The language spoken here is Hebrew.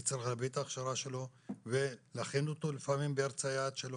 כי צריך להביא את ההכשרה שלו ולהכין אותו לפעמים בארץ היעד שלו,